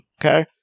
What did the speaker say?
Okay